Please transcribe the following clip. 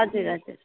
हजुर हजुर